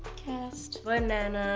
cast. banana.